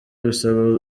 bisaba